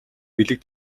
бэлэг